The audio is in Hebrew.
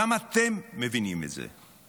גם אתם מבינים את זה.